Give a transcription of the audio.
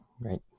right